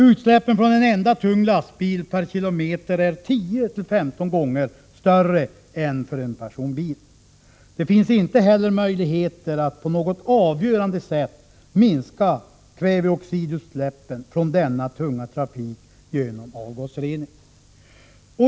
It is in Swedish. Utsläppen från en enda tung lastbil per kilometer är 10-15 gånger större än för en personbil. Det finns inte heller möjligheter att på något avgörande sätt minska kväveoxidutsläppen från denna tunga trafik genom avgasrening.